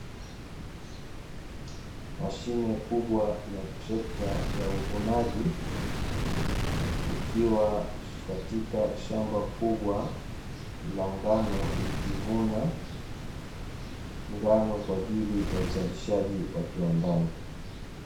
Mashine kubwa ya trekta ya uvunaji ikiwa katika shamba kubwa la ngano likivuna ngano kwa ajili ya uzalishaji wa kiwandani.